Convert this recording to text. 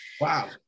Wow